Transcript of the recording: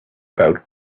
about